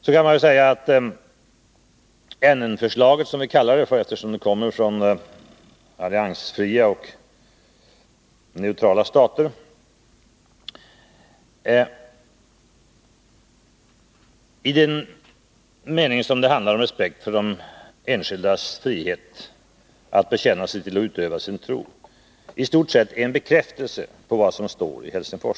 Man kan säga att NN-förslaget — vi kallar det så, eftersom det lagts fram av de alliansfria och neutrala staterna — i stort sett är en bekräftelse av vad som står i Helsingforsdokumentet när det gäller respekten för enskildas frihet att bekänna sig till en tro och att utöva den.